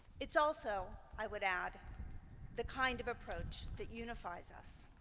it's also i would add the kind of approach that unifies us.